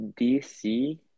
DC